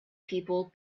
people